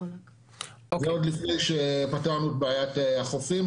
עוד לפני שפתרנו את בעיית החופים,